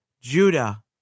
Judah